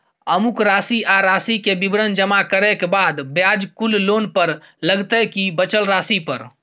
अमुक राशि आ राशि के विवरण जमा करै के बाद ब्याज कुल लोन पर लगतै की बचल राशि पर?